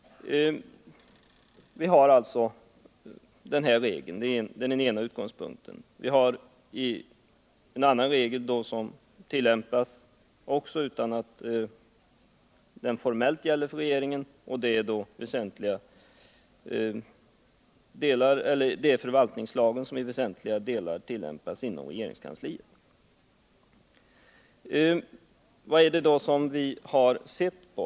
Vi har alltså den här regeln, och det är den ena utgångspunkten. Vi har också en annan regel som tillämpas utan att den formellt gäller för regeringen. Det är förvaltningslagen som i väsentliga delar tillämpas inom regeringskansliet. Vad är det då vi sett på?